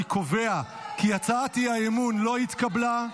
אני קובע כי הצעת האי-אמון לא התקבלה,